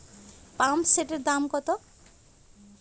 পাম্পসেটের দাম কত?